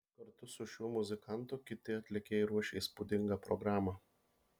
kartu su šiuo muzikantu kiti atlikėjai ruošia įspūdingą programą